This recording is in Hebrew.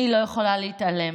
אני לא יכולה להתעלם.